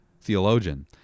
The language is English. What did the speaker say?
theologian